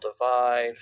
divide